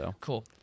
Cool